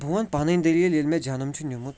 بہٕ وَنہٕ پَنٕنۍ دٔلیٖل ییٚلہِ مےٚ جَنَم چھُ نِمُت